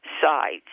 sides